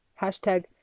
hashtag